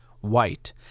white